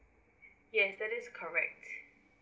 yes that is correct